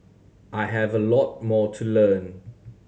I have a lot more to learn